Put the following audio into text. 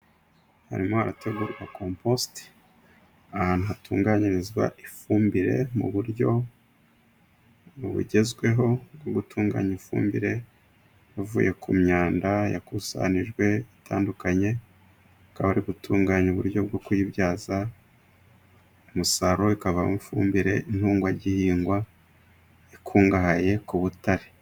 Arimo arategura komposite ahantu hatunganyirizwa ifumbire mu buryo bugezweho bwo gutunganya ifumbire yavuye ku myanda, yakusanijwe ahatandukanye, ikaba ari ugutunganya uburyo bwo kuyibyaza umusaruro ikavamo ifumbire ntungagihingwa, ikungahaye ku butare.